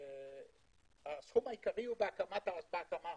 הסכום העיקרי הוא בהקמה.